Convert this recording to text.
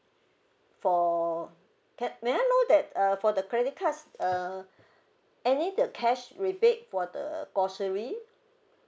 for that may I know that err for the credit cards uh any the cash rebate for the grocery